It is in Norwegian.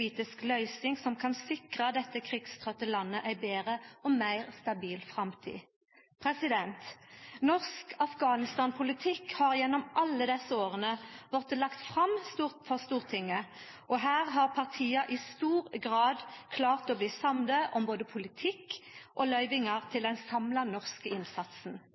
politisk løysing som kan sikra dette krigstrøytte landet ei betre og meir stabil framtid. Norsk Afghanistan-politikk har gjennom alle desse åra blitt lagt fram for Stortinget, og her har partia i stor grad klart å bli samde om både politikk og løyvingar til den samla norske innsatsen.